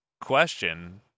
question